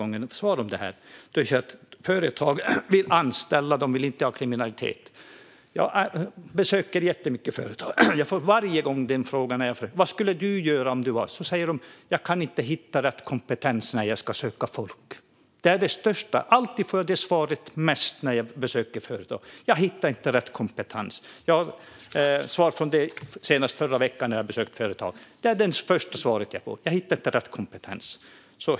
Ann-Charlotte Hammar Johnsson säger att företag vill anställa och att de inte vill ha kriminalitet. Jag besöker jättemånga företag. Varje gång frågar jag vad företagarna tycker är det viktigaste som de vill att vi politiker ska göra. Då säger de: Jag kan inte hitta folk med rätt kompetens. Det är det största problemet. Jag får alltid det svaret när jag besöker företag. Jag fick höra det senast i förra veckan när jag besökte företag.